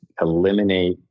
eliminate